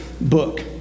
book